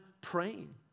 praying